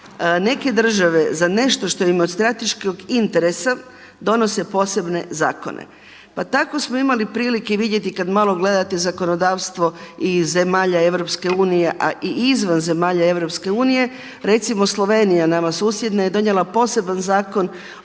neke države za nešto što im je od strateškog interesa donose posebne zakone. Pa tako smo imali prilike vidjeti kad malo gledate zakonodavstvo iz zemalja EU, a i izvan zemalja EU recimo Slovenija nama susjedna je donijela poseban zakon